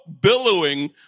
billowing